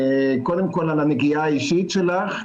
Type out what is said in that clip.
קודם כל על הנגיעה האישית שלך,